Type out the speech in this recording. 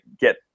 get